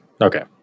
Okay